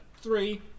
Three